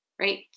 right